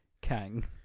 Kang